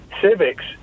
civics